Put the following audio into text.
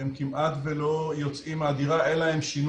הם כמעט ולא יוצאים מהדירה אלא אם שינו